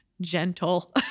gentle